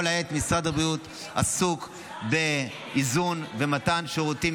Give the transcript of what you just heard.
כל העת משרד הבריאות עסוק באיזון ומתן שירותים